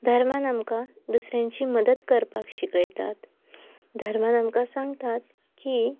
धर्मान आमकां दुसऱ्यांची मदत करपाक शिकयतात धर्मान आमकां सांगतात की